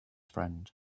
friend